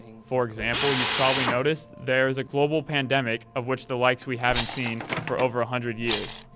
for example, you probably noticed there is a global pandemic of which the likes we haven't seen for over a hundred years.